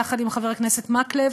יחד עם חבר הכנסת מקלב,